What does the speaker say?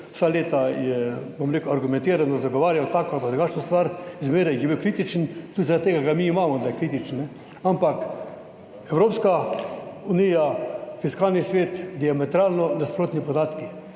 vsa leta je, bom rekel, argumentirano zagovarjal tako ali drugačno stvar, zmeraj je bil kritičen. Tudi zaradi tega ga mi imamo, da je kritičen. Ampak Evropska unija in Fiskalni svet – diametralno nasprotni podatki.